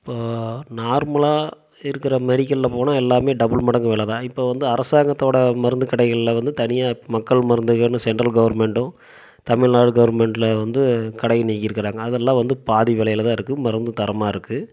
இப்போது நார்மலாக இருக்கிற மெடிக்கலில் போனால் எல்லாமே டபுள் மடங்கு விலை தான் இப்போது வந்து அரசாங்கத்தோட மருந்து கடைகளில் வந்து தனியார் மக்கள் மருந்துகனு சென்ட்ரல் கவுர்மெண்ட்டும் தமிழ்நாடு கவுர்மெண்ட்டில் வந்து கடையும் நீக்கியிருக்குறாங்க அதெல்லாம் வந்து பாதி விலையில் தான் இருக்குது மருந்தும் தரமாக இருக்குது